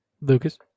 lucas